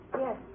Yes